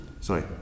Sorry